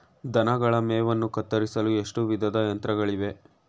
ದನಗಳ ಮೇವನ್ನು ಕತ್ತರಿಸಲು ಎಷ್ಟು ವಿಧದ ಯಂತ್ರಗಳಿವೆ?